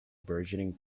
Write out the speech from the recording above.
burgeoning